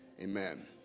Amen